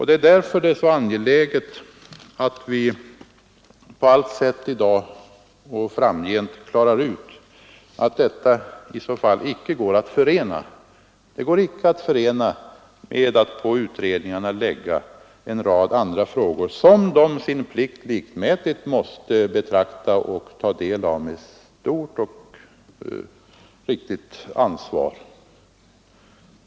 Det är angeläget att vi på allt sätt i dag och framgent klargör att detta inte går att förena med att på utredningarna lägga en rad andra frågor som man, sin plikt likmätigt, med stort ansvar måste beakta och ta del av.